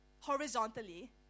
horizontally